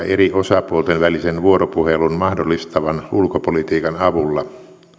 eri osapuolten välisen vuoropuhelun mahdollistavan ulkopolitiikan avulla